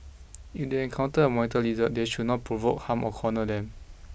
if they encounter a monitor lizard they should not provoke harm or corner them